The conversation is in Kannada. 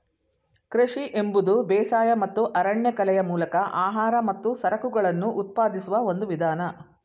ಕೃಷಿ ಎಂಬುದು ಬೇಸಾಯ ಮತ್ತು ಅರಣ್ಯಕಲೆಯ ಮೂಲಕ ಆಹಾರ ಮತ್ತು ಸರಕುಗಳನ್ನು ಉತ್ಪಾದಿಸುವ ಒಂದು ವಿಧಾನ